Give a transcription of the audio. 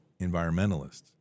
environmentalists